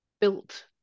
built